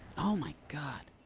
oh, my god.